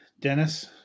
Dennis